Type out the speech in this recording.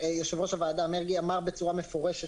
יושב-ראש הוועדה מרגי אמר בצורה מפורשת